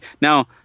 now